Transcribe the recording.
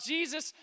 Jesus